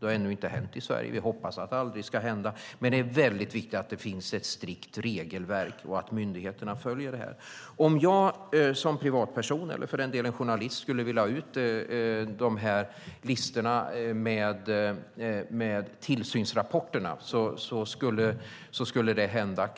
Det har ännu inte hänt i Sverige, och vi hoppas att det aldrig ska hända. Det är alltså viktigt att det finns ett strikt regelverk och att myndigheterna följer det. Om jag som privatperson eller journalist skulle vilja ha ut listorna med tillsynsrapporter kan det hända